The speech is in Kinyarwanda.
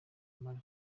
marc